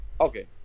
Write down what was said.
okay